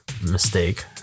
mistake